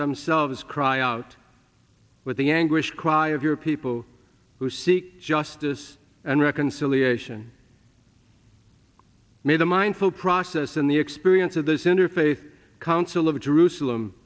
themselves cry out with the anguished cry of your people who seek justice and reconciliation made a mindful process in the experience of this interfaith council of jerusalem